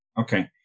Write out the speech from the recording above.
Okay